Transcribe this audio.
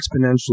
exponentially